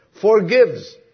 forgives